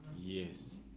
Yes